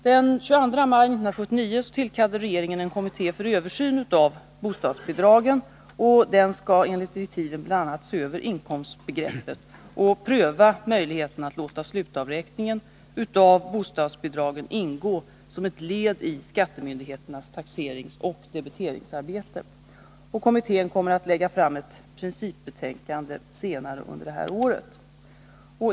Den 22 maj 1979 tillkallade regeringen en kommitté för översyn av bostadsbidragen. Den skall enligt direktiven bl.a. se över inkomstbegreppet och pröva möjligheten att låta slutavräkningen av bostadsbidragen ingå som ett led i skattemyndigheternas taxeringsoch debiteringsarbete. Kommittén kommer att lägga fram ett principbetänkande senare under detta år.